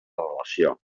relació